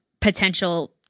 potential